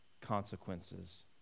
consequences